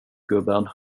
gubben